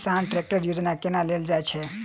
किसान ट्रैकटर योजना केना लेल जाय छै?